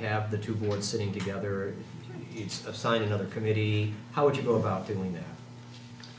to have the two boards sitting together aside another committee how would you go about doing that